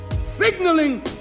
signaling